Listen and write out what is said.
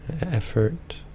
Effort